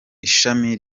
ishami